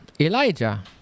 Elijah